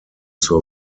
zur